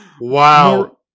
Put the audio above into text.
Wow